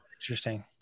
Interesting